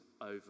over